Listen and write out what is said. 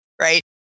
right